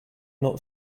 not